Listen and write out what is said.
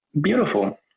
beautiful